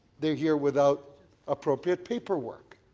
they're here without appropriate paperwork.